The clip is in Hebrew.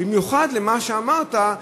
במיוחד לנוכח מה שאמרת,